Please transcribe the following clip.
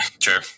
Sure